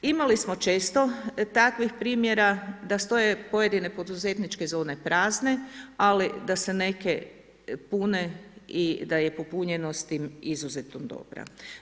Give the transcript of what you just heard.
Imali smo često takvih primjera, da stoje pojedine poduzetničke zone prazne ali da se neke pune i da je popunjenost im izuzetno dobra.